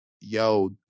yo